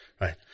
right